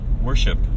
worship